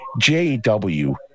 JW